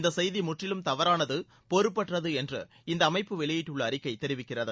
இந்த செய்தி முற்றிலும் தவறானது பொறுப்பற்றது என்று இந்த அமைப்பு வெளியிட்டுள்ள அறிக்கை தெரிவிக்கிறது